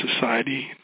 society